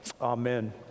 Amen